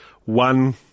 One